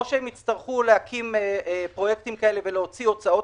או שהם יצטרכו להקים פרויקטים כאלה ולהוציא הוצאות